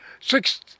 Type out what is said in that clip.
six